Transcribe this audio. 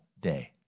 day